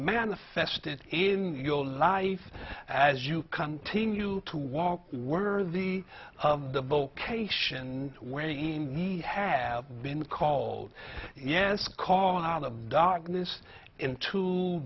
manifested in your life as you continue to walk worthy of the vocation where again we have been called yes calling out of darkness into